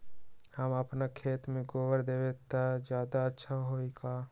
हम अपना खेत में गोबर देब त ज्यादा अच्छा होई का?